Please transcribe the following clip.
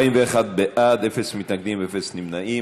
41 בעד, אין מתנגדים, אין נמנעים.